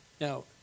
Now